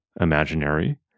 imaginary